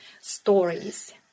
stories